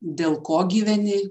dėl ko gyveni